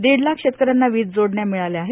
दीड लाख शेतकऱ्यांना वीज जोडण्या मिळाल्या आहेत